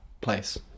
place